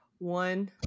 One